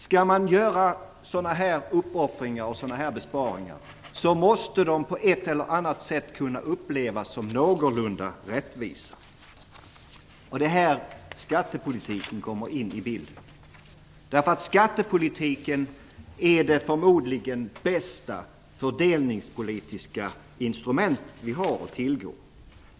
Skall man göra sådana uppoffringar och besparingar måste de, på ett eller annat sätt, kunna upplevas som någorlunda rättvisa. Det är här skattepolitiken kommer in i bilden. Skattepolitiken är förmodligen det bästa fördelningspolitiska instrument vi har att tillgå.